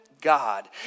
God